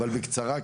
אבל בקצרה,